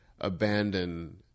abandon